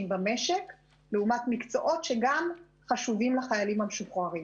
במשק לעומת מקצועות שגם חשובים לחיילים המשוחררים.